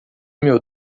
mil